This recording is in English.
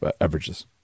averages